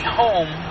home